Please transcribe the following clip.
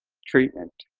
treatment,